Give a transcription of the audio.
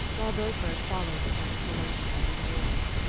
while beaufort followed the countess olenska indoors.